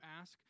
ask